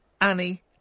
Annie